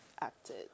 acted